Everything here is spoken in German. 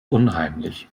unheimlich